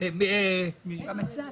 נכון.